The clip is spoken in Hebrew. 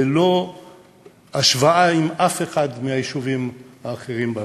ללא השוואה עם אף אחד מהיישובים האחרים במדינה.